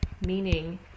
meaning